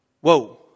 whoa